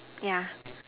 yeah